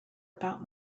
about